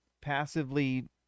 passively